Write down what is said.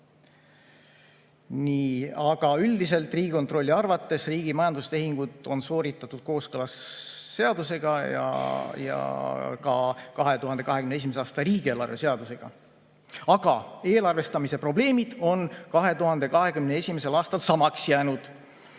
Aga üldiselt Riigikontrolli arvates riigi majandustehingud on sooritatud kooskõlas seadusega ja ka 2021. aasta riigieelarve seadusega. Eelarvestamise probleemid on aga 2021. aastal samaks jäänud.